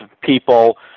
people